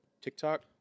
TikTok